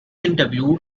interview